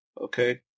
Okay